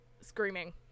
screaming